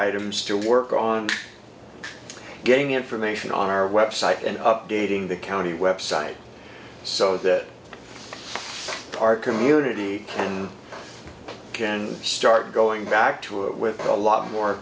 items to work on getting information on our website and updating the county website so that our community can start going back to it with a lot more